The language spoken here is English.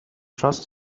trust